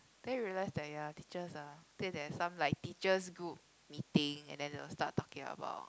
then I realise that there are teachers ah I think they have some like teachers group meeting and then they will start talking about